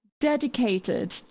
dedicated